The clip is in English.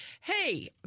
Hey